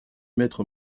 maître